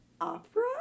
opera